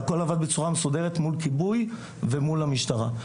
והכל עבד בצורה מסודרת מול כיבוי ומול המשטרה.